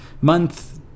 month